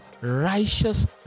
righteous